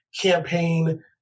campaign